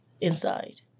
inside